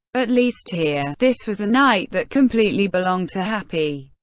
at least here, this was a night that completely belonged to happy.